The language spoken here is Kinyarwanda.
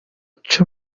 nca